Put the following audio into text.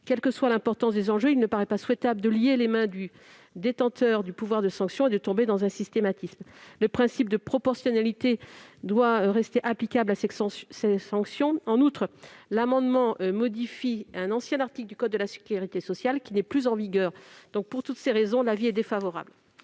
Quelle que soit l'importance des enjeux, il ne paraît pas souhaitable de lier les mains du détenteur du pouvoir de sanction et de verser dans le « systématisme »: le principe de proportionnalité doit rester applicable à ces sanctions. En outre, l'amendement vise à modifier un ancien article du code de la sécurité sociale, qui n'est plus en vigueur. Pour toutes ces raisons, l'avis est défavorable.